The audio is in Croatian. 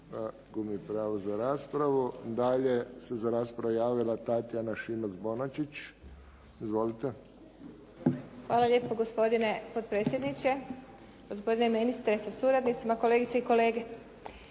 Gubi pravo za raspravu. Dalje se za raspravu javila Tatjana Šimac Bonačić. Izvolite. **Šimac Bonačić, Tatjana (SDP)** Hvala lijepo gospodine potpredsjedniče, gospodine ministre sa suradnicima, kolegice i kolege.